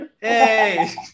Hey